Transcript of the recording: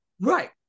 Right